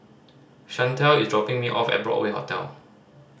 Shantel is dropping me off at Broadway Hotel